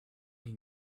can